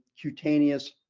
cutaneous